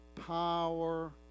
Power